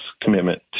commitment